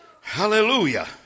Hallelujah